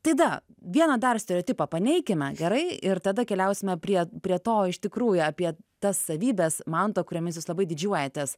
tai dar vieną dar stereotipą paneikime gerai ir tada keliausime prie prie to iš tikrųjų apie tas savybes manto kuriomis jūs labai didžiuojatės